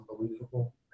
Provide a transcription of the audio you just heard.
unbelievable